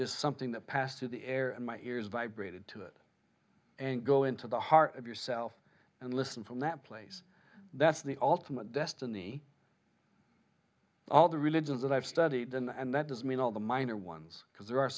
just something that passed in the air and my ears vibrated to it and go into the heart of yourself and listen from that place that's the ultimate destiny all the religions that i've studied and that doesn't mean all the minor ones because there are